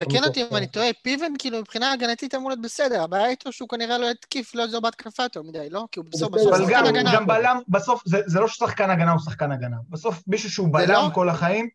ותקן אותי אם אני טועה, פיבן, כאילו מבחינה הגנתית אמור להיות בסדר, הבעיה איתו שהוא כנראה לא התקיף, לא עזר בהתקפה יותר מידיי, לא? כי הוא בסוף שחקן הגנה. גם בלם, בסוף זה לא ששחקן הגנה הוא שחקן הגנה, בסוף מישהו שהוא בלם כל החיים...